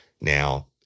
Now